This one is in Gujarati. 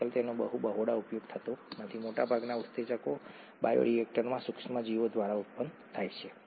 આજકાલ તેનો બહુ બહોળો ઉપયોગ થતો નથી મોટા ભાગના ઉત્સેચકો બાયોરિએક્ટરમાં સૂક્ષ્મજીવો દ્વારા ઉત્પન્ન થાય છે